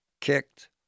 kicked